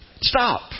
Stop